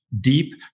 deep